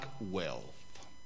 wealth